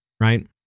right